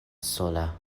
sola